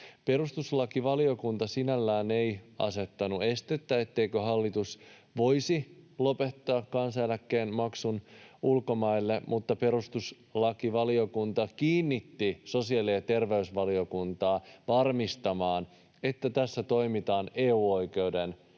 Perustuslakivaliokunta sinällään ei asettanut estettä, etteikö hallitus voisi lopettaa kansaneläkkeen maksua ulkomaille, mutta perustuslakivaliokunta kehotti sosiaali- ja terveysvaliokuntaa varmistamaan, että tässä toimitaan EU-oikeuden mukaisesti.